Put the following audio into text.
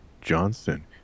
Johnson